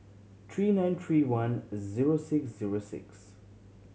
three nine three one zero six zero six